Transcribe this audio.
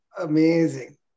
Amazing